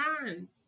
time